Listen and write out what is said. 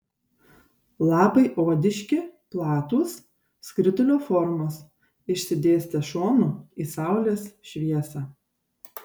lapai odiški platūs skritulio formos išsidėstę šonu į saulės šviesą